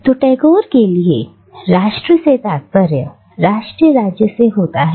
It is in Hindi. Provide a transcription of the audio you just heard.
तो टैगोर के लिए राष्ट्र से तात्पर्य राष्ट्र राज्य से होता है